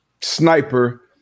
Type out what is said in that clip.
sniper